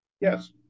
Yes